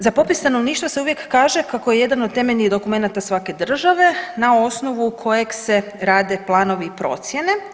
Za popis stanovništva se uvijek kaže kako je jedan od temeljnih dokumenata svake države na osnovu kojeg se rade planovi i procjene.